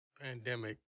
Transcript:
Pandemic